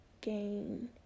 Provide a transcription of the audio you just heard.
gain